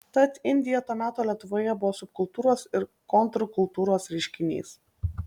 tad indija to meto lietuvoje buvo subkultūros ir kontrkultūros reiškinys